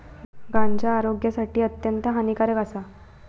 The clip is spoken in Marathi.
गांजा आरोग्यासाठी अत्यंत हानिकारक आसा